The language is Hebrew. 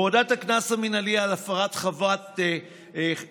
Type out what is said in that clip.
הורדת הקנס המינהלי על הפרת חובת בידוד,